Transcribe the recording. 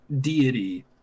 deity